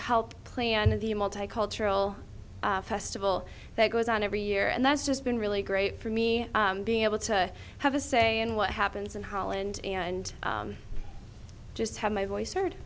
the multicultural festival that goes on every year and that's just been really great for me being able to have a say in what happens in holland and just have my voice heard